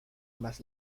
ambas